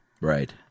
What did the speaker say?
Right